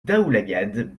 daoulagad